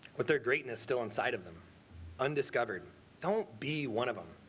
what their greatness still inside of them undiscovered don't be one of them.